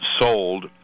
sold